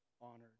honored